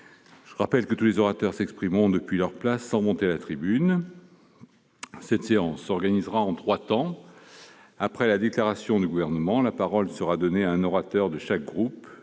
Je rappelle également que les orateurs s'exprimeront depuis leur place, sans monter à la tribune. Notre séance s'organisera en trois temps : après la déclaration du Gouvernement, la parole sera donnée à un orateur de chaque groupe